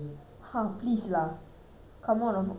come on of all things of person her